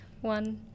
one